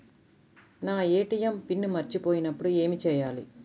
నా ATM PIN మర్చిపోయినప్పుడు ఏమి చేయాలి?